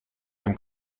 dem